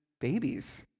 babies